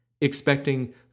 expecting